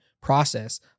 process